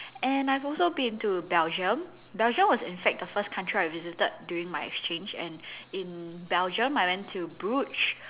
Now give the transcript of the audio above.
and I've also been to Belgium Belgium was in fact the first country I visited during my exchange and in Belgium I went to Bruges